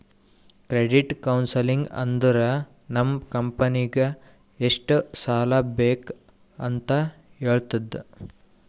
credit counselling ಅಂದುರ್ ನಮ್ ಕಂಪನಿಗ್ ಎಷ್ಟ ಸಾಲಾ ಬೇಕ್ ಅಂತ್ ಹೇಳ್ತುದ